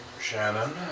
Shannon